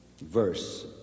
verse